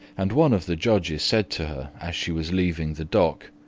and one of the judges said to as she was leaving the dock,